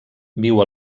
viu